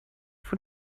von